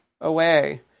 away